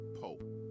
pope